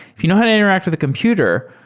if you know how to interact with a computer,